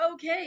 Okay